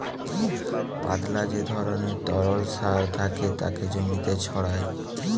পাতলা যে ধরণের তরল সার থাকে তাকে জমিতে ছড়ায়